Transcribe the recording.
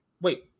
Wait